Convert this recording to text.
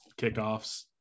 kickoffs